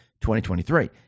2023